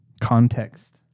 context